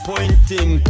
Pointing